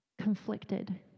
conflicted